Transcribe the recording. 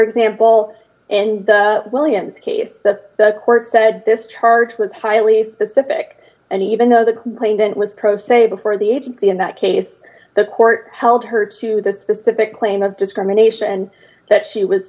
example in the williams case the court said this charge was highly specific and even though the complainant was pro se before the agency in that case the court held her to the specific claim of discrimination and that she was